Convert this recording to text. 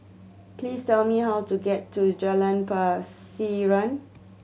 please tell me how to get to Jalan Pasiran